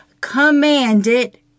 commanded